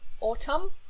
Autumn